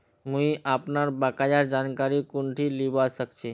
मुई अपनार बकायार जानकारी कुंठित लिबा सखछी